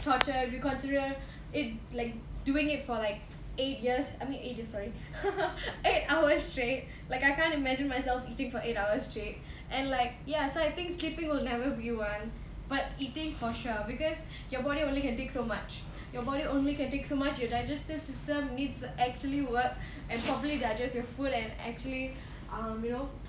torture if you consider it like doing it for like eight years I mean eight sorry eight hours straight like I can't imagine myself eating for eight hours straight and like ya so I think sleeping will never be one but eating for sure because your body only can take so much your body only can take so much your digestive system needs to actually work and properly digest your food and actually um you know